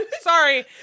sorry